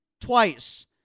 Twice